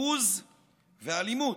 בוז ואלימות.